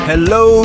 Hello